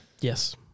Yes